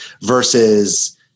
versus